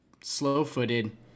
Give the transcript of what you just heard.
slow-footed